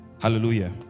hallelujah